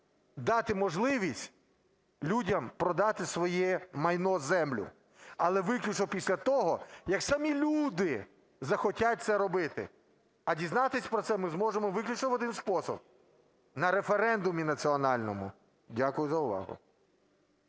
дати можливість людям продати своє майно – землю. Але виключно після того, як самі люди захотять це робити. А дізнатися про це ми зможемо виключно в один спосіб: на референдумі національному. Дякую за увагу.